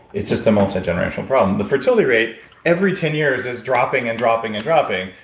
it's just a multi-generational problem the futility rate every ten years is dropping and dropping and dropping,